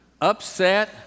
upset